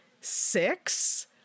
six